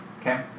Okay